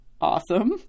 awesome